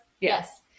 yes